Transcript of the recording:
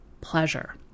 pleasure